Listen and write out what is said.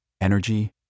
energy